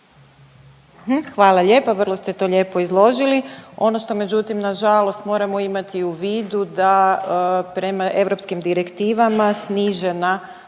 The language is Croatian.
Hvala lijepa. Vrlo ste to lijepo izložili. Ono što međutim nažalost moramo imati u vidu da prema europskim direktivama snižena